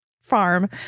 farm